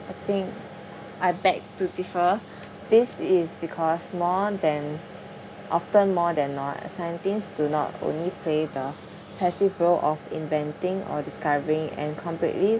I think I beg to differ this is because more than often more than not scientists do not only play the passive role of inventing or discovery and completely